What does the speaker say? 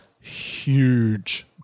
huge